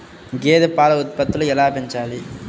గేదె పాల ఉత్పత్తులు ఎలా పెంచాలి?